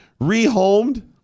Rehomed